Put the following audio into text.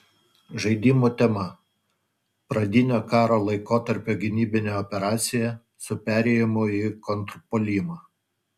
žaidimų tema pradinio karo laikotarpio gynybinė operacija su perėjimu į kontrpuolimą